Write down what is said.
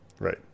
Right